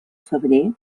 febrer